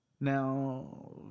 Now